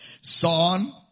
Son